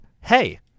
hey